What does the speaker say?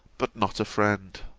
but not a friend.